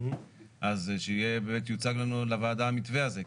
אז שבאמת יוצג לנו לוועדה המתווה הזה.